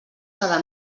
cada